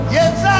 Yes